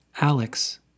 Alex